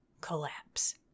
collapse